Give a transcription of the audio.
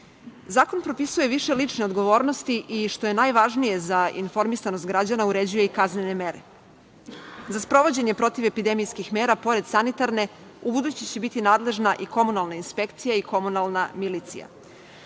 propisuje više lične odgovornosti, i što je najvažnije za informisanost građana, uređuje i kaznene mere.Za sprovođenje protiv epidemijskih mera pored sanitarne ubuduće će biti nadležna i komunalna inspekcija i komunalna milicija. Član